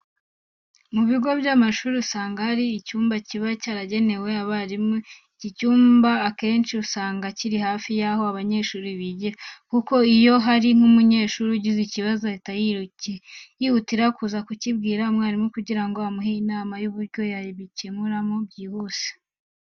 Mu bigo by'amashuri, usanga hari icyumba kiba cyaragenewe abarimu. Iki cyumba akenshi usanga kiri hafi yaho abanyeshuri bigira. Kuko iyo hari nk'umunyeshuri ugize ikibazo ahita yihutira kuza kukibwira umwarimu kugira ngo amuhe inama y'uburyo bagikemuramo byihuse.